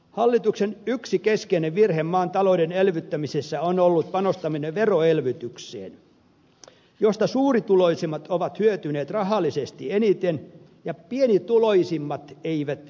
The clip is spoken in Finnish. hallituksen yksi keskeinen virhe maan talouden elvyttämisessä on ollut panostaminen veroelvytykseen josta suurituloisimmat ovat hyötyneet rahallisesti eniten ja pienituloisimmat eivät mitään